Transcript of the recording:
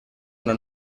una